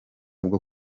bwo